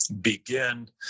begin